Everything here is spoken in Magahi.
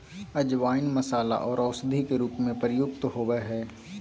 अजवाइन मसाला आर औषधि के रूप में प्रयुक्त होबय हइ